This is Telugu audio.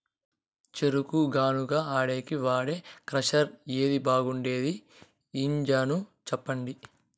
చెరుకు గానుగ ఆడేకి వాడే క్రషర్ ఏది బాగుండేది ఇంజను చెప్పండి?